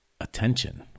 attention